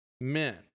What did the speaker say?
men